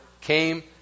came